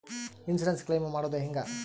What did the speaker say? Insurance claim ಮಾಡೋದು ಹೆಂಗ?